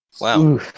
Wow